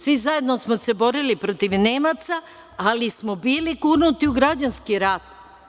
Svi zajedno smo se borili protiv Nemaca, ali smo bili gurnuti u građanski rat.